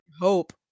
hope